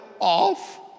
off